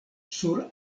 sur